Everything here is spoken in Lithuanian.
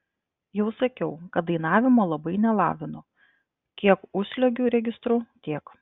jau sakiau kad dainavimo labai nelavinu kiek užsliuogiu registru tiek